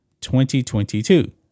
2022